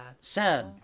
Sad